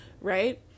right